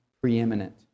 preeminent